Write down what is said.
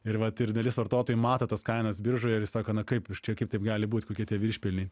ir vat ir dalis vartotojų mato tas kainas biržoje ir sako na kaip čia kaip taip gali būt kokie tie viršpelniai